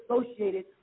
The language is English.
associated